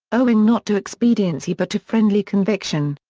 owing not to expediency but to friendly conviction.